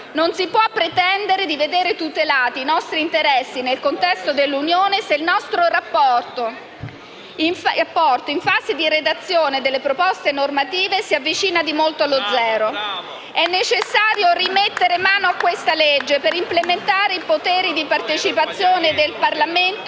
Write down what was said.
Non si può pretendere di vedere tutelati i nostri interessi nel contesto dell'Unione se il nostro apporto in fase di redazione delle proposte normative si avvicina molto allo zero. È necessario rimettere mano alla citata legge Moavero per implementare i poteri di partecipazione del Parlamento